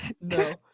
No